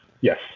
Yes